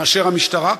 מאשר המשטרה.